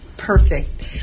Perfect